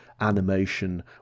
animation